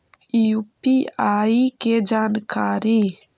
UPI के जानकारी?